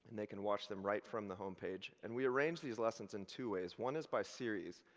and they can watch them right from the home page and we arrange these lessons in two ways. one is by series.